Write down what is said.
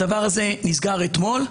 וזה נסגר אתמול.